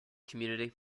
community